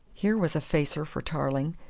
here was a facer for tarling,